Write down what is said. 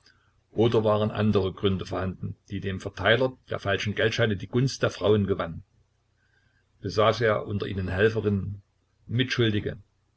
oder waren andere gründe vorhanden die dem verteiler der falschen geldscheine die gunst der frauen gewann besaß er unter ihnen helferinnen mitschuldige